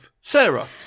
Sarah